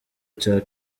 cya